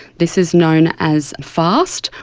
this is known as fast,